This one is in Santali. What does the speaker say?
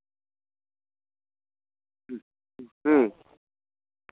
ᱦᱩᱸ